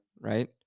Right